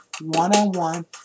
one-on-one